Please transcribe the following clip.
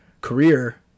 career